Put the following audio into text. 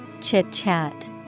chit-chat